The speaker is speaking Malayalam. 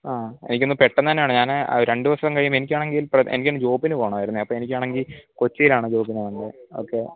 ആ എനിക്കൊന്ന് പെട്ടെന്ന് തന്നെ വേണം ഞാൻ രണ്ട് വര്ഷം കഴിയുമ്പം എനിക്ക് ആണെങ്കിൽ എനിക്ക് എൻ്റെ ജോബിന് പോവണമായിരുന്നെ അപ്പം എനിക്ക് ആണെങ്കിൽ കൊച്ചിയിലാണ് ജോബിന് പോവണ്ടേ അപ്പോൾ